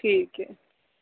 ٹھیک ہے